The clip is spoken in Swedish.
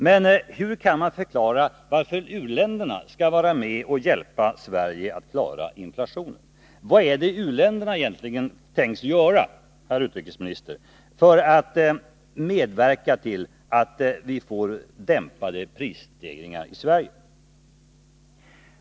Men hur kan man förklara varför u-länderna skall hjälpa Sverige att klara sin inflation? Vad är det, herr utrikesminister, som u-länderna egentligen skall göra för att medverka till dämpade prisstegringar i Sverige?